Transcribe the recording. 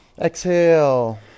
Exhale